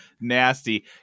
nasty